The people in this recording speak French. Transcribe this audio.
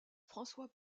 françois